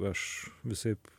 aš visaip